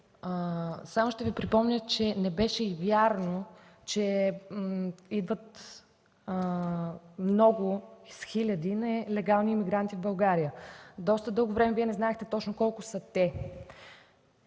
само ще Ви припомня и че не беше вярно, че идват много – с хиляди, нелегални имигранти в България. Доста дълго време Вие не знаехте колко точно са те.